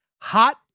Hot